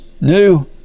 new